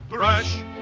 Brush